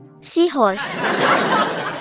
Seahorse